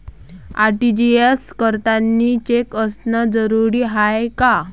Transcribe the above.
RTGS करतांनी check असनं जरुरीच हाय का?